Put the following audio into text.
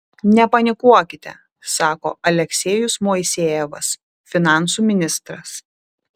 nepanikuokite sako aleksejus moisejevas finansų ministras